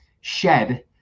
shed